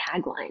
tagline